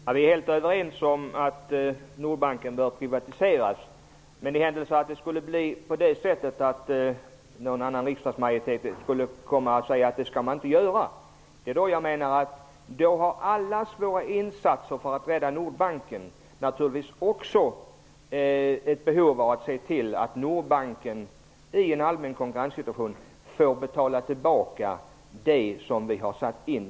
Fru talman! Vi är helt överens om att Nordbanken bör privatiseras. Men i händelse av att en annan riksdagsmajoritet säger att Nordbanken inte skall privatiseras, då måste man se till att Nordbanken i en allmän konkurrenssituation får betala tillbaka det som nu har satts in.